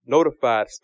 notified